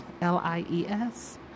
L-I-E-S